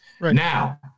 Now